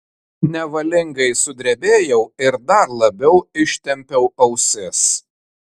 nevalingai sudrebėjau ir dar labiau ištempiau ausis